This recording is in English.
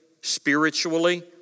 spiritually